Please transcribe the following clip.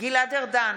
גלעד ארדן,